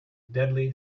deadly